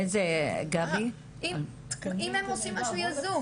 האם הם עושים משהו יזום?